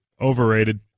Overrated